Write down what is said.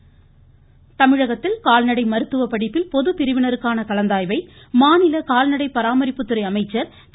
கால்நடை கலந்தாய்வு தமிழகத்தில் கால்நடை மருத்துவ படிப்பில் பொது பிரிவினருக்கான கலந்தாய்வை மாநில கால்நடை பராமரிப்புத்துறை அமைச்சர் திரு